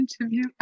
interview